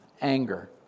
Anger